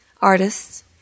artists